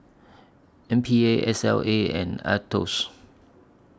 M P A S L A and Aetos